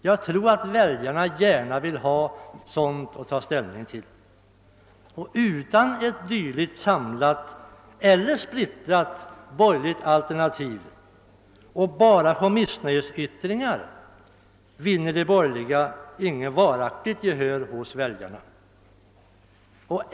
Jag tror att väljarna gärna vill ha ett sådant att ta ställning till. Bara på missnöjesyttringar vinner de borgerliga inget varaktigt gehör hos väljarna.